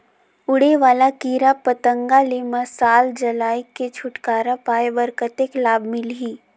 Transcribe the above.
उड़े वाला कीरा पतंगा ले मशाल जलाय के छुटकारा पाय बर कतेक लाभ मिलही?